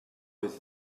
avait